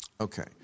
Okay